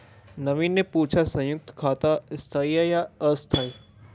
नवीन ने पूछा संयुक्त खाता स्थाई है या अस्थाई